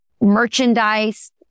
merchandise